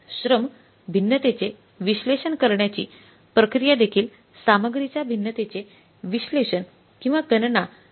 श्रम भिन्नतेचे विश्लेषण करण्याची प्रक्रियादेखील सामग्रीच्या भिन्नतेचे विश्लेषण किंवा गणना करण्याच्या प्रक्रियेप्रमाणेच आहे